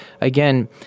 again